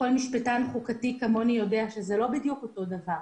כל משפטן חוקתי כמוני יודע שזה לא בדיוק אותו דבר,